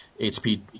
HP